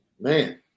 Man